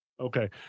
Okay